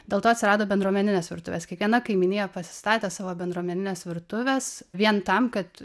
dėl to atsirado bendruomeninės virtuvės kiekviena kaimynija pasistatė savo bendruomenines virtuves vien tam kad